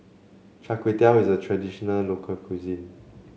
Char Kway Teow is a traditional local cuisine